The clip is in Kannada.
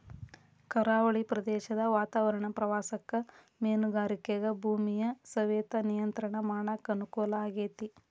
ಕರಾವಳಿ ಪ್ರದೇಶದ ವಾತಾವರಣ ಪ್ರವಾಸಕ್ಕ ಮೇನುಗಾರಿಕೆಗ ಭೂಮಿಯ ಸವೆತ ನಿಯಂತ್ರಣ ಮಾಡಕ್ ಅನುಕೂಲ ಆಗೇತಿ